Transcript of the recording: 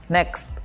Next